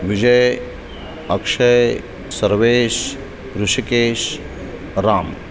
Vijay Akshay Sarvesh Hrishikesh Ram